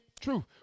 truth